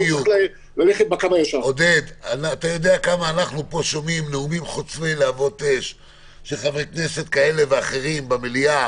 אתה יודע כמה נאומים חוצבי אש של חברי כנסת כאלה ואחרים כאן ובמליאה,